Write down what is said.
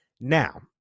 now